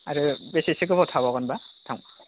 आरो बेसेसो गोबाव थाबावगोनबा